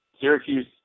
Syracuse